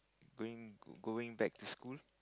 going going back to school